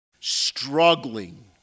struggling